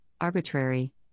arbitrary